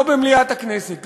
לא במליאת הכנסת,